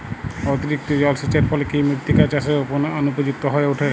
অতিরিক্ত জলসেচের ফলে কি মৃত্তিকা চাষের অনুপযুক্ত হয়ে ওঠে?